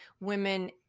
women